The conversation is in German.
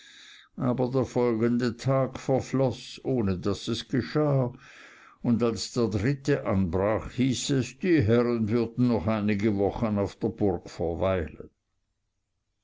aber der folgende tag verfloß ohne daß es geschah und als der dritte anbrach hieß es die herren würden noch einige wochen auf der burg verweilen